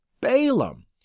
Balaam